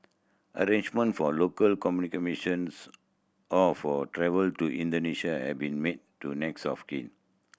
arrangement for local or for travel to Indonesia have been made to next of kin